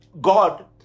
God